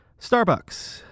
Starbucks